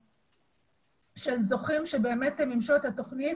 של זוכים שמימשו את התוכנית